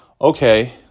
Okay